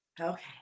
Okay